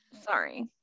sorry